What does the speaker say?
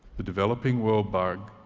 the developing world bug,